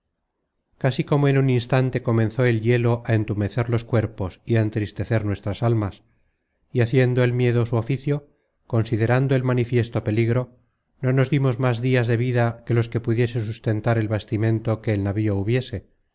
casi como en un instante comenzó el hielo á entumecer los cuerpos y á entristecer nuestras almas y haciendo el miedo su oficio considerando el manifiesto peligro no nos dimos más dias de vida que los que pudiese sustentar el bastimento que en el navío hubiese